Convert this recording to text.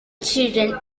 children